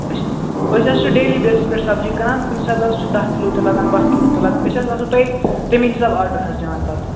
أسۍ أسۍ حظ چھِ ڈیلی بیسس پٮ۪ٹھ سبزی کٕنان کُنہِ ساتن حظ چھِ دَہ کِلوٗ تہِ لگان باہ کِلوٗ تہِ أسۍ آسو تۄہہِ تٔمی حِساب آرڈر حظ دِوان پتہٕ